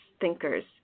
Thinkers